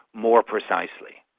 more precisely.